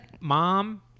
mom